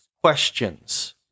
questions